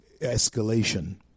escalation